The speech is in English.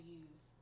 use